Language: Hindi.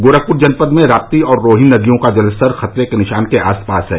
गोरखपुर जनपद में राप्ती और रोहिन नदियों का जलस्तर खतरे के निशान के आसपास है